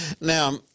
Now